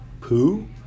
poo